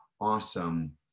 awesome